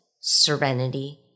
serenity